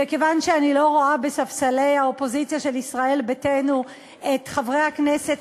וכיוון שאני לא רואה בספסלי האופוזיציה של ישראל ביתנו את חברי הכנסת,